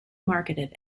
marketed